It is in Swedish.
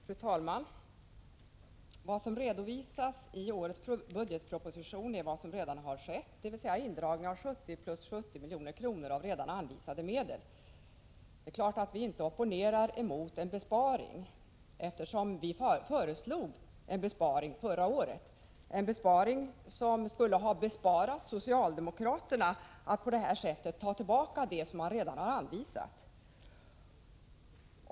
Fru talman! Vad som redovisas i årets budgetproposition är vad som redan har skett, dvs. en indragning av 70 + 70 milj.kr. av redan anvisade medel. Det är klart att vi inte opponerar oss mot en besparing, eftersom vi redan förra året föreslog en besparing — som skulle ha besparat socialdemokraterna att på detta sätt ta tillbaka det som redan har anvisats.